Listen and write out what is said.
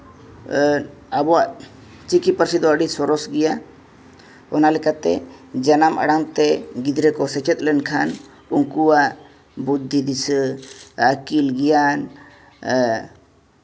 ᱟᱵᱚᱣᱟᱜ ᱪᱤᱠᱤ ᱯᱟᱹᱨᱥᱤ ᱫᱚ ᱟᱹᱰᱤ ᱥᱚᱨᱮᱥ ᱜᱮᱭᱟ ᱚᱱᱟ ᱞᱮᱠᱟᱛᱮ ᱡᱟᱱᱟᱢ ᱟᱲᱟᱝ ᱛᱮ ᱜᱤᱫᱽᱨᱟᱹ ᱠᱚ ᱥᱮᱪᱮᱫ ᱞᱮᱱᱠᱷᱟᱱ ᱩᱱᱠᱩᱣᱟᱜ ᱵᱩᱫᱽᱫᱷᱤ ᱫᱤᱥᱟᱹ ᱟᱹᱠᱤᱞ ᱜᱮᱭᱟᱱ